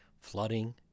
Flooding